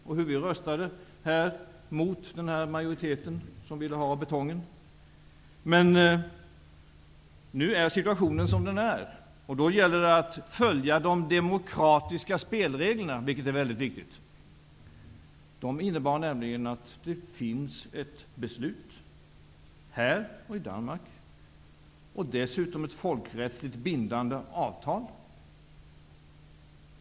Att vi röstade emot majoriteten, som ville ha betongen, är inte heller någon hemlighet. Men nu är situationen som den är, och då gäller det att följa de demokratiska spelreglerna, vilket är mycket viktigt. De innebär nämligen att ett beslut finns här och i Danmark och dessutom ett folkrättsligt bindande avtal.